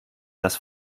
dass